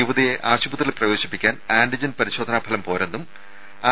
യുവതിയെ ആശുപത്രിയിൽ പ്രവേശിപ്പിക്കാൻ ആന്റിജൻ പരിശോധനാഫലം പോരെന്നും ആർ